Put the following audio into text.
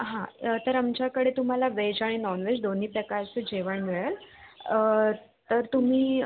हां तर आमच्याकडे तुम्हाला वेज आणि नॉन वेज दोन्ही प्रकारचं जेवण मिळेल तर तुम्ही